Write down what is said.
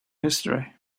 history